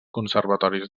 conservatoris